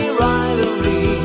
rivalry